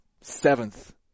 seventh